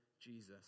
Jesus